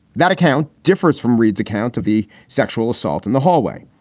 that account differs from reid's account of the sexual assault in the hallway.